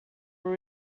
will